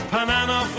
Banana